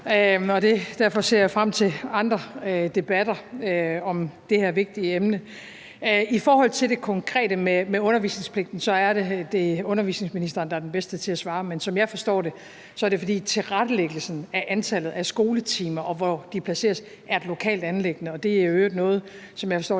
derfor ser jeg frem til andre debatter om det her vigtige emne. I forhold til det konkrete med undervisningspligten er det undervisningsministeren, der er den bedste til at svare, men som jeg forstår det, er det, fordi tilrettelæggelsen af antallet af skoletimer, og hvor de placeres, er et lokalt anliggende. Og det er i øvrigt noget, som jeg forstår